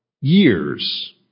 years